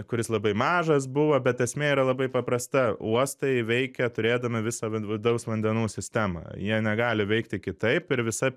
kuris labai mažas buvo bet esmė yra labai paprasta uostai veikia turėdami visą vidaus vandenų sistemą jie negali veikti kitaip ir visa